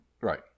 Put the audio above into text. right